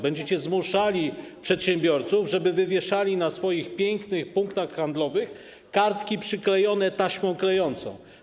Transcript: Będziecie zmuszali przedsiębiorców, żeby wywieszali na swoich pięknych punktach handlowych kartki przyklejone taśmą klejącą.